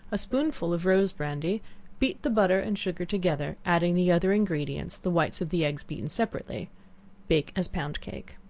a spoonful of rose brandy beat the butter and sugar together, adding the other ingredients, the whites of the eggs beaten separately bake as pound cake.